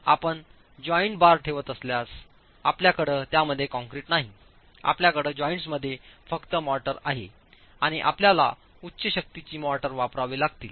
आपण joint bar ठेवत असल्यास आपल्याकडे त्यामध्ये कंक्रीट नाही आपल्याकडे जॉइंट्स मध्ये फक्त मोर्टार आहे आणि आपल्याला उच्च शक्तीची मोर्टार वापरावे लागतील